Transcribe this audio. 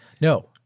No